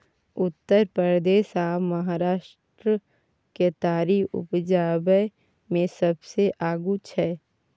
उत्तर प्रदेश आ महाराष्ट्र केतारी उपजाबै मे सबसे आगू छै